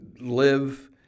live